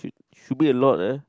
should be a lot uh